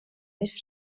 més